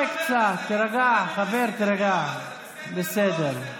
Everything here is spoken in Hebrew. להצטלם עם ראאד סלאח זה בסדר?